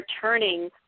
turning